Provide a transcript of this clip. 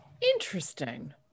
interesting